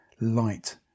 light